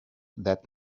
that